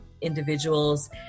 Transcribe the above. individuals